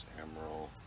emerald